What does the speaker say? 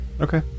Okay